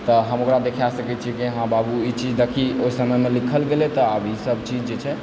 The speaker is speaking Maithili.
तऽ हम ओकरा देखा सकै छी कि बाबु ई चीज देखही ओहि समयमे लिखल गेलै तऽ आब ईसभ चीज जे छै